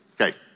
Okay